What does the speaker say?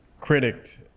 Critic